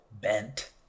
Bent